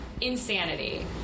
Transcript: insanity